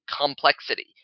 complexity